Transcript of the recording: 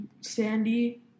Sandy